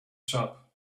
shop